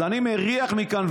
אז אני מריח מכאן,